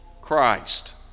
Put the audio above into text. Christ